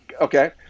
okay